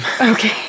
okay